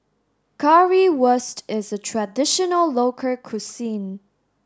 Currywurst is a traditional local cuisine